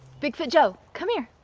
bigfoot joe come here.